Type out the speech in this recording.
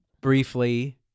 briefly